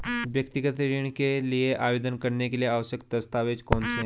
व्यक्तिगत ऋण के लिए आवेदन करने के लिए आवश्यक दस्तावेज़ कौनसे हैं?